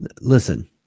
listen